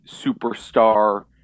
superstar